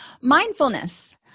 mindfulness